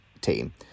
team